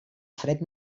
fred